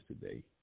today